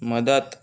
मदत